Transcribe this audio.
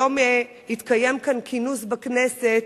היום התקיים כאן כינוס בכנסת,